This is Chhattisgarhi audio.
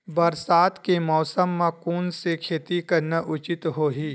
बरसात के मौसम म कोन से खेती करना उचित होही?